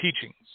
teachings